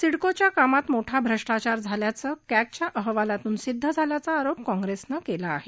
सिडकोच्या कामात मोठा भ्रष्टाचार झाल्याचे कॅगच्या अहवालातून सिद्ध झाल्याचा आरोप कॉंप्रेसने केला आहे